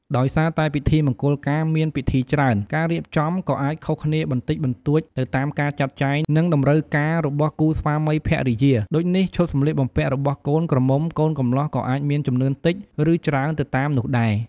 ដោយសារតែពិធីមង្គលការមានពិធីច្រើន ការរៀបចំក៏អាចខុសគ្នាបន្តិចបន្តួចទៅតាមការចាត់ចែង និងតម្រូវការរបស់គូស្វាមីភរិយា ដូចនេះ ឈុតសម្លៀកបំពាក់របស់កូនក្រមុំកូនកម្លោះក៏អាចមានចំនួនតិចឬច្រើនទៅតាមនោះដែរ។